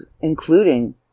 including